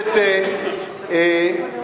יעודד אותן עכשיו,